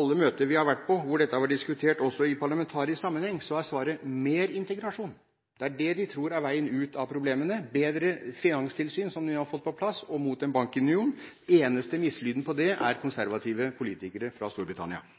alle møter vi har vært, og hvor dette har vært diskutert – også i parlamentarisk sammenheng – er svaret mer integrasjon. Det er det man tror er veien ut av problemene: et bedre finanstilsyn, som vi har fått på plass, og mot en bankunion. Den eneste mislyden på det er fra konservative politikere fra Storbritannia.